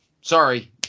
sorry